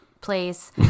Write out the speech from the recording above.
place